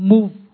Move